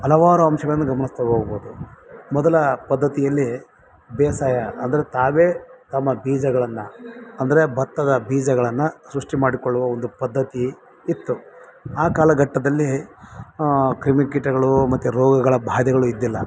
ಹಲವಾರು ಅಂಶಗಳ್ನ ಗಮನಿಸ್ತಾ ಹೋಗ್ಬೋದು ಮೊದಲ ಪದ್ದತಿಯಲ್ಲಿ ಬೇಸಾಯ ಅಂದ್ರ್ ತಾವೇ ತಮ್ಮ ಬೀಜಗಳನ್ನು ಅಂದರೆ ಭತ್ತದ ಬೀಜಗಳನ್ನು ಸೃಷ್ಟಿಮಾಡಿಕೊಳ್ಳುವ ಒಂದು ಪದ್ಧತಿ ಇತ್ತು ಆ ಕಾಲಘಟ್ಟದಲ್ಲಿ ಕ್ರಿಮಿಕೀಟಗಳು ಮತ್ತು ರೋಗಗಳ ಬಾಧೆಗಳು ಇದ್ದಿಲ್ಲ